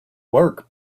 work